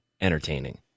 entertaining